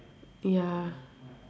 ya